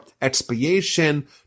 expiation